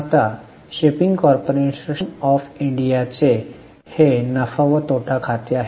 आता shipping corporation of इंडियाचे हे नफा व तोटा खाते आहे